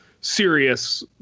serious